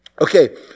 Okay